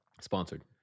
Sponsored